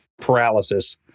paralysis